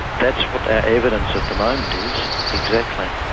that's what our evidence at the moment is, exactly.